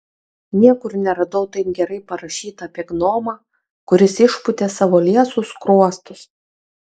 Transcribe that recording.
niekur neradau taip gerai parašyta apie gnomą kuris išpūtė savo liesus skruostus